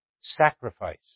sacrifice